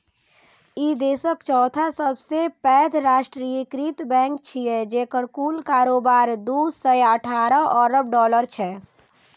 ई देशक चौथा सबसं पैघ राष्ट्रीयकृत बैंक छियै, जेकर कुल कारोबार दू सय अठारह अरब डॉलर छै